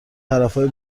طرفای